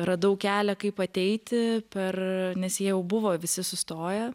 radau kelią kaip ateiti per nes jie jau buvo visi sustoję